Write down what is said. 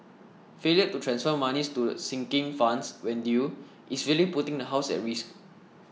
failure to transfer monies to sinking funds when due is really putting the house at risk